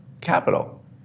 capital